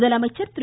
முதலமைச்சர் திரு